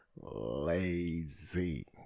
lazy